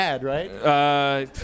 Right